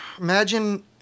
Imagine